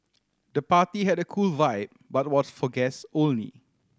the party had a cool vibe but was for guests only